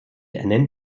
ernennt